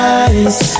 eyes